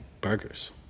burgers